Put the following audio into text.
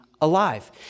Alive